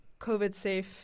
COVID-safe